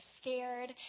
scared